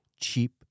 Cheap